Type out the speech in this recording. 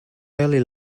early